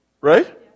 right